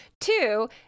Two